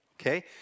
Okay